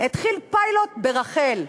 התחיל פיילוט ברח"ל.